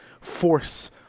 force